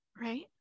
Right